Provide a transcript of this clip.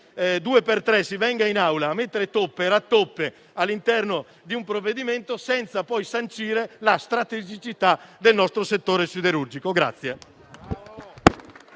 due per tre, si venga in Aula a mettere toppe e rattoppi all'interno di un provvedimento, senza poi sancire la strategicità del nostro settore siderurgico.